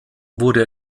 wurde